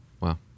Wow